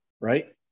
right